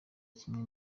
kimwe